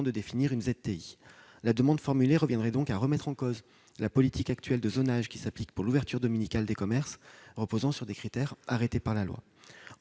de définir une ZTI. Accéder à cette demande reviendrait donc à remettre en cause la politique actuelle de zonage s'appliquant pour l'ouverture dominicale des commerces, qui repose sur des critères fixés par la loi.